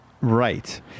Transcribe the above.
right